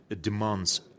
demands